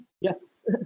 Yes